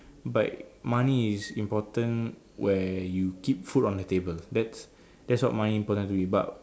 but money is important where you keep food on the table that's that's what money important to me but